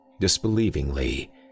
disbelievingly